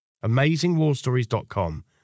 Amazingwarstories.com